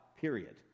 period